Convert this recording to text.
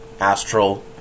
astral